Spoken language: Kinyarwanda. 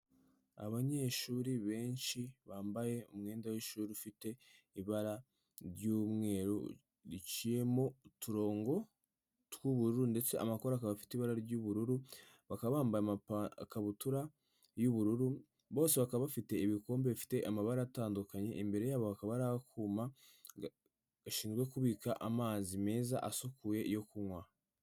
Abanyeshuri benshi bambaye umwenda w'ishuri ufite ibara ry'umweru riciyemo uturongo tw'ubururu ndetse amakora akaba afite ibara ry'ubururu. Bakaba bambaye amakabutura y'ubururu. Bose bakaba bafite ibikombe bifite amabara atandukanye, imbere yabo hakaba hari akuma gashinzwe kubika amazi meza asukuye yo kunywa.